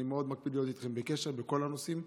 אני מאוד מקפיד להיות איתכם בקשר בכל הנושאים,